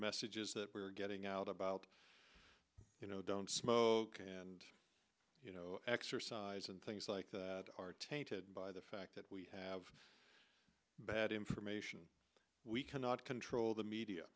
messages that we're getting out about you know don't smoke and exercise and things like that are tainted by the fact that we have bad information we cannot control the